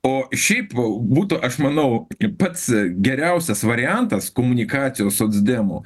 o šiaip jau būtų aš manau pats geriausias variantas komunikacijos socdemų